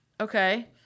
okay